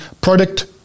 product